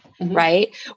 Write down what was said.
right